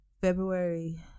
February